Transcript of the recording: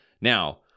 Now